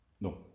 No